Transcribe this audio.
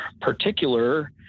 particular